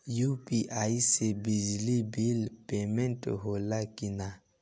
UPI से बिजली bill payment होला कि न?